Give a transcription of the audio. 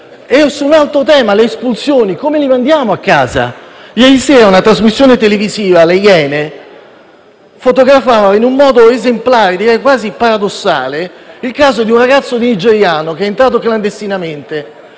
è poi il tema delle espulsioni: come li mandiamo a casa? Ieri sera la trasmissione televisiva «Le Iene» ha fotografato in modo esemplare e quasi paradossale il caso di un ragazzo nigeriano che è entrato clandestinamente,